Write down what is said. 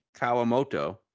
Kawamoto